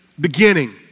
beginning